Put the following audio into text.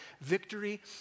victory